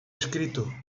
escrito